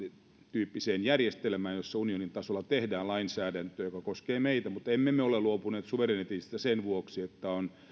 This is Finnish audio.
tyyppisessä järjestelmässä jossa unionin tasolla tehdään lainsäädäntöä joka koskee meitä mutta emme me ole luopuneet suvereniteetista sen vuoksi että on